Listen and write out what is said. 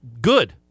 good